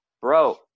bro